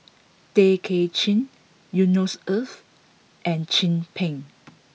Tay Kay Chin Yusnor Ef and Chin Peng